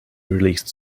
released